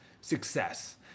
success